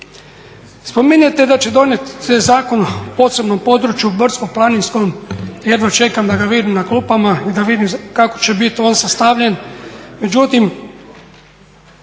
Spominjete da će donijeti Zakon o posebnom području brdsko-planinskom, jedva čekam da ga vidim na klupama i da vidim kako će bit on sastavljen.